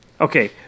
Okay